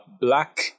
Black